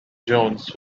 jones